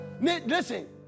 Listen